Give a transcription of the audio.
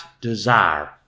desire